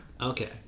Okay